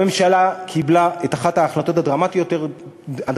הממשלה קיבלה את אחת ההחלטות הדרמטיות ביותר